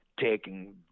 taking